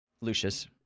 lucius